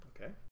okay